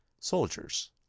soldiers